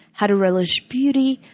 how to relish beauty,